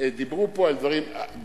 דיברו פה על דברים,